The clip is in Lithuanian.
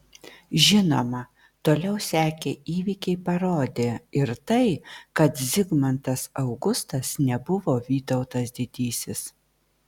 žinoma toliau sekę įvykiai parodė ir tai kad zigmantas augustas nebuvo vytautas didysis